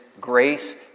grace